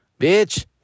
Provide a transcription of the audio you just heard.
Bitch